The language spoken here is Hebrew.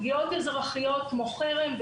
פגיעות אזרחיות כמו: חרם,